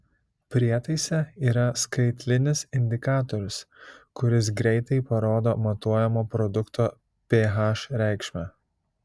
prietaise yra skaitlinis indikatorius kuris greitai parodo matuojamo produkto ph reikšmę